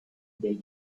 they